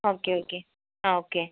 okay okay ആ okay